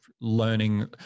learning